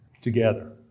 together